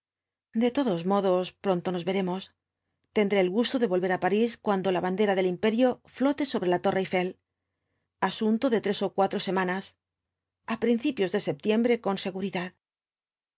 de todos modos pronto nos veremos tendré el gusto de volver á parís cuando la bandera del imperio flote sobre la torre eiffel asunto de tres ó cuatro semanas a principios de septiembre con seguridad